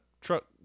truck